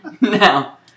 Now